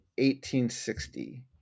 1860